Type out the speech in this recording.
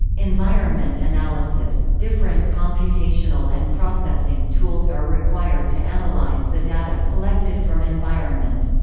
environment analysis different computational and processing tools are required to analyze the data collected from environment.